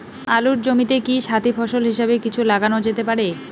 আলুর জমিতে কি সাথি ফসল হিসাবে কিছু লাগানো যেতে পারে?